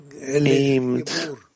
aimed